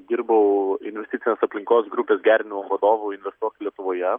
dirbau investicinės aplinkos grupės gerinimo vadovu investuok lietuvoje